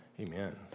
amen